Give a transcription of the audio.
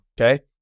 okay